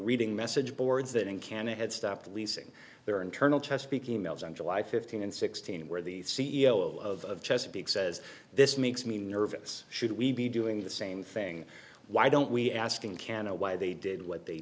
reading message boards that encana had stopped leasing their internal chesapeake e mails on july fifteenth and sixteen where the c e o of chesapeake says this makes me nervous should we be doing the same thing why don't we ask in kana why they did what they